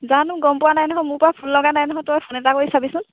জানো গম পোৱা নাই নহয় মোৰ পৰা ফোন লগা নাই নহয় তই ফোন এটা কৰি চাবিচোন